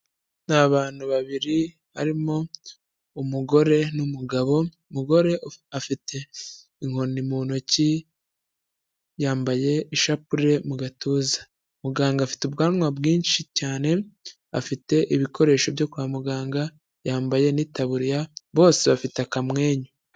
Ni abantu babiri barimo umugore n'umugabo, umugore afite inkoni mu ntoki yambaye ishapule mu gatuza, muganga afite ubwanwa bwinshi cyane, afite ibikoresho byo kwa muganga yambaye n'itaburiya bose bafite akamwenyu.